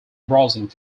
browsing